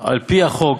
על-פי החוק